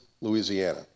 Louisiana